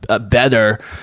better